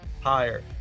higher